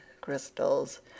crystals